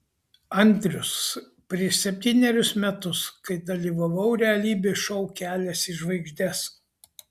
andrius prieš septynerius metus kai dalyvavau realybės šou kelias į žvaigždes